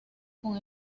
con